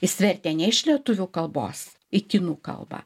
jis vertė ne iš lietuvių kalbos į kinų kalbą